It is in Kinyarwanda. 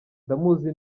ndamuzi